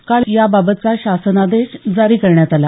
काल याबाबतचा शासनादेश जारी करण्यात आला